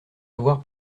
avoir